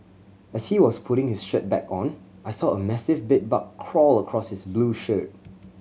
as he was putting his shirt back on I saw a massive bed bug crawl across his blue shirt